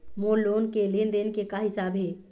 मोर loan के लेन देन के का हिसाब हे?